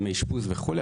ימי אשפוז וכולי,